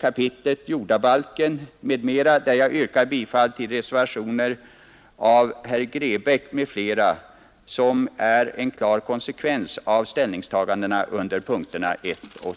kap. jordabalken m.m., där jag yrkar bifall till reservationen av herr Grebäck m.fl. som är en klar konsekvens av ställningstagandena under punkterna 1 och 2.